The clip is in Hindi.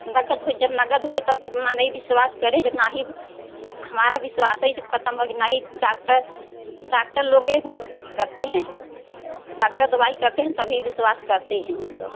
नगद होइ जब नगद होई तब तक नाय विश्वास करें जब नाही हमारा विश्वास ई जब ख़त्म होई गई नाही डाक्टर डाक्टर लोग फिर करते हैं डाक्टर दवाई करते हैं तभी विश्वास करते हैं